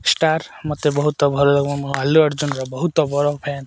star ମୋତେ ବହୁତ ଭଲ ଲାଗେ ମୁ ଆଲ୍ଲୁ ଅର୍ଜୁନର ବହୁତ ବଡ଼ ଫ୍ୟାନ୍